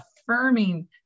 Affirming